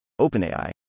OpenAI